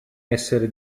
essere